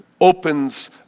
opens